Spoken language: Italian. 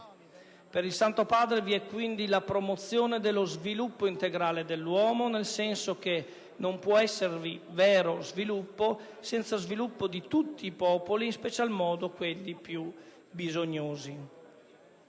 Per il Santo Padre vi è quindi la promozione dello "sviluppo integrale" dell'uomo, nel senso che non può esservi vero sviluppo senza sviluppo di tutti i popoli e in special modo di quelli più bisognosi.